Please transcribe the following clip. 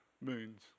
moons